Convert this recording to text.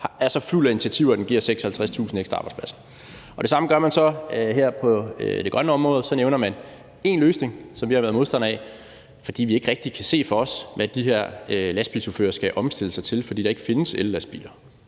er så fuld af initiativer, at den giver 56.000 ekstra arbejdspladser. Og det samme gør man så her på det grønne område: Man nævner én løsning, som vi har været modstandere af, fordi vi ikke rigtig kan se for os, hvad de her lastbilchauffører skal omstille sig til, for der findes ikke ellastbiler.